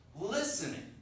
listening